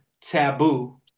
taboo